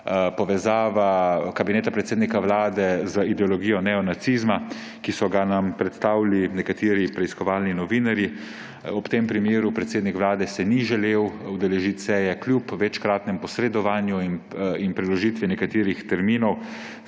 povezava kabineta predsednika vlade z ideologijo neonacizma, ki so nam ga predstavili nekateri preiskovalni novinarji. Ob tem primeru se predsednik vlade ni želel udeležiti seje. Kljub večkratnemu posredovanju in preložitvi nekaterih terminov